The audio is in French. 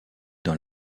dans